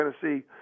Tennessee